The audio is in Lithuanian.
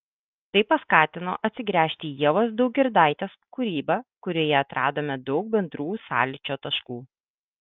tai paskatino atsigręžti į ievos daugirdaitės kūrybą kurioje atradome daug bendrų sąlyčio taškų